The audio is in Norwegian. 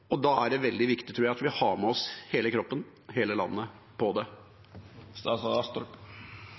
og da tror jeg det er veldig viktig at vi har med oss hele kroppen, hele landet, på det.